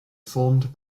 formed